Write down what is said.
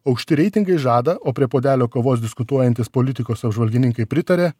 aukšti reitingai žada o prie puodelio kavos diskutuojantys politikos apžvalgininkai pritaria